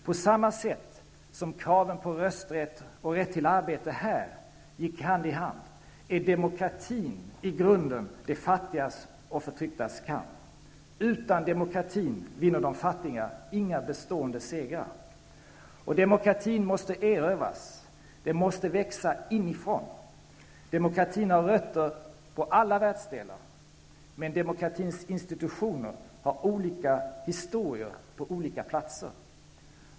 På samma sätt som kraven på rösträtt och rätt till arbete här gick hand i hand är demokratin i grunden de fattigas och förtrycktas kamp. Utan demokratin vinner de fattiga inga bestående segrar. Demokratin måste erövras. Den måste växa inifrån. Demokratin har rötter i alla världsdelar, men demokratins institutioner har olika historier på olika platser.